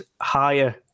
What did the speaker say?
higher